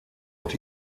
und